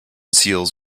seals